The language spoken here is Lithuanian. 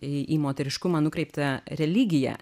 į į moteriškumą nukreiptą religiją